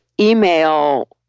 email